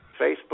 Facebook